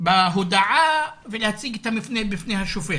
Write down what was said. בהודעה ולהציג את המבנה בפני השופט.